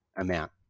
amount